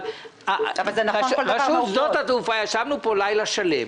אבל רשות שדות ישבנו פה לילה שלם.